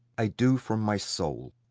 i do from my soul.